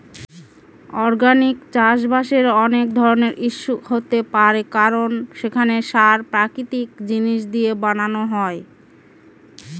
organic চাষবাসের অনেক ধরনের ইস্যু হতে পারে কারণ সেখানে সার প্রাকৃতিক জিনিস দিয়ে বানানো হয়